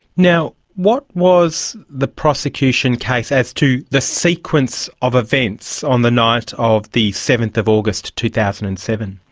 now, what was the prosecution case as to the sequence of events on the night of the seventh of august two thousand and seven?